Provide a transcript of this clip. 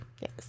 Yes